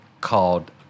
called